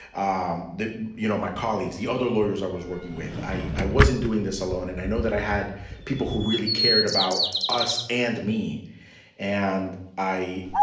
um you know, my colleagues, the other lawyers i was working with. i i wasn't doing this alone. and i know that i had people who really cared about us and me and i.